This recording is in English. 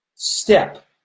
Step